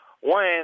One